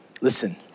listen